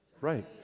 Right